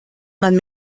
man